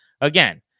Again